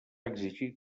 exigir